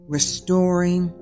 Restoring